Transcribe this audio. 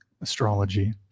astrology